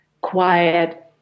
quiet